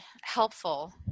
helpful